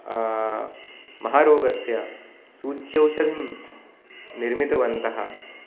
महरोगस्य सूच्यौशधिं निर्मितवन्तः